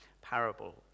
parable